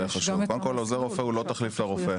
קודם כל, עוזר רופא הוא לא תחליף לרופא.